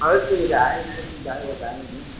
सुविधाए हैं सुविधाए उविधाए नहीं हैं